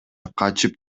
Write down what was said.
качып